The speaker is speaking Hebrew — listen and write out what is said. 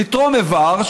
לתרום איבר,